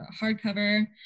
hardcover